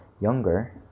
younger